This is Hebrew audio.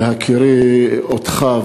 בהכירי אותך,